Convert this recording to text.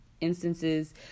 instances